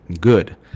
good